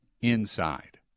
inside